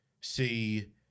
see –